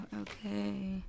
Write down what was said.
okay